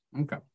Okay